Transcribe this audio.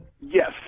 Yes